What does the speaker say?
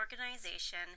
organization